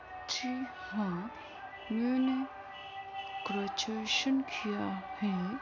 جی ہاں میں نے گریجویشن کیا ہے